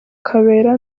kabera